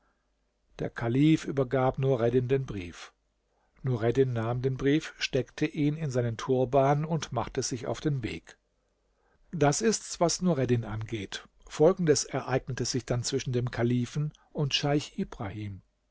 der kalif übergab nureddin den brief nureddin nahm den brief steckte ihn in seinen turban und machte sich auf den weg das ist's was nureddin angeht folgendes ereignete sich dann zwischen dem kalifen und scheich ibrahim